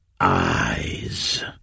EYES